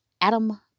Adam